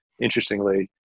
interestingly